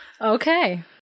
Okay